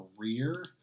career